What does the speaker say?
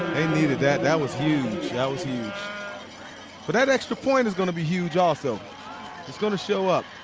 they needed that. that was huge. that was huge. but that extra point is going to be huge, also. it's going to show up.